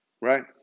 right